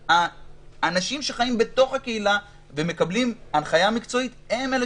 האנשים שחיים בתוך הקהילה ומקבלים הנחיה מקצועית הם אלה